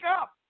up